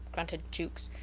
grunted jukes.